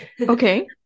Okay